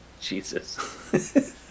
Jesus